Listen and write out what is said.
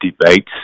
debates